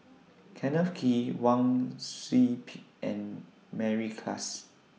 Kenneth Kee Wang Sui Pick and Mary Klass